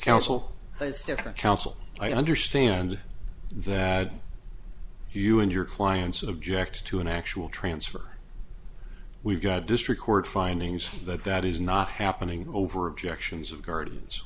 counsel as defense counsel i understand that you and your clients object to an actual transfer we've got district court findings that that is not happening over objections of gar